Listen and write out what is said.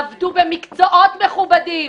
עבדו במקצועות מכובדים,